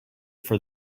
for